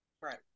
Right